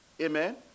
Amen